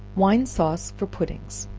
wine sauce for puddings.